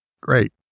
Great